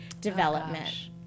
development